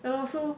and also